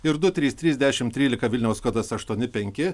ir du trys trys dešimt trylika vilniaus kodas aštuoni penki